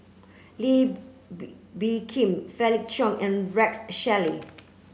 Lee B Bee Khim Felix Cheong and Rex Shelley